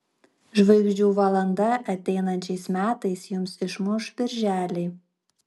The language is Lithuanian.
žvaigždžių valanda ateinančiais metais jums išmuš birželį